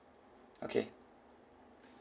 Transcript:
okay